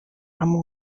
amb